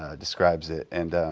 ah describes it. and